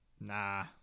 Nah